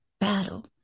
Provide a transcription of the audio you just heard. battle